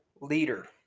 leader